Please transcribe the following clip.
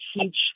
teach